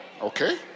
okay